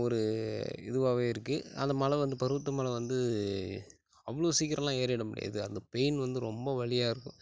ஒரு இதுவாகவே இருக்குது அந்த மலை வந்து பருவத மலை வந்து அவ்வளோ சீக்கிரம்லாம் ஏறிட முடியாது அந்த பெயின் வந்து ரொம்ப வலியாருக்கும்